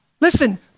Listen